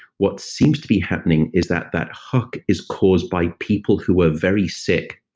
what seems to be happening is that that hook is caused by people who are very sick.